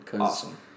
Awesome